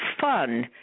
fun